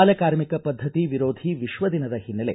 ಬಾಲ ಕಾರ್ಮಿಕ ಪದ್ಧತಿ ವಿರೋಧಿ ವಿಶ್ವ ದಿನದ ಹಿನ್ನೆಲೆ